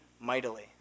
mightily